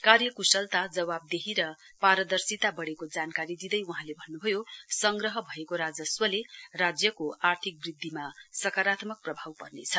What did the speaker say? कार्यक्शलता जवाफदेही र पारदर्शिता बढेको जानकारी दिँदै वहाँले भन्न्भयो संग्रह भएको राजस्वले राज्यको आर्थिक वृद्धिमा सकारात्मक प्रभाव पर्नेछ